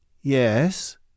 yes